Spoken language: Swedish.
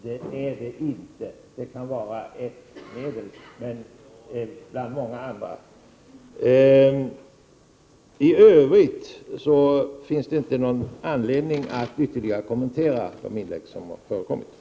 Så är inte fallet, även om de kan vara ett medel bland många andra. I övrigt finns det ingen anledning för mig att ytterligare kommentera de inlägg som har gjorts i debatten.